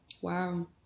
wow